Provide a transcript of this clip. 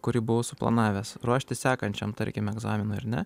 kurį buvau suplanavęs ruoštis sekančiam tarkim egzaminui ar ne